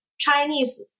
Chinese